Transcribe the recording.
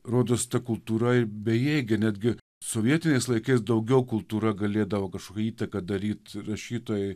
rodos ta kultūra bejėgė netgi sovietiniais laikais daugiau kultūra galėdavo kažkokią įtaką daryt rašytojai